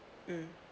mm